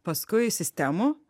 paskui sistemų